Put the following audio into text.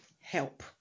help